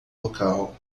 local